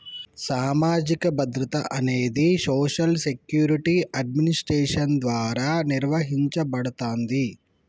సామాజిక భద్రత అనేది సోషల్ సెక్యూరిటీ అడ్మినిస్ట్రేషన్ ద్వారా నిర్వహించబడతాంది